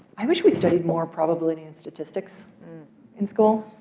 i wish we studied more probability and statistics in school